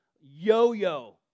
yo-yo